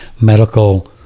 medical